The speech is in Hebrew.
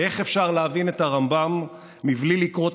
איך אפשר להבין את הרמב"ם בלי לקרוא את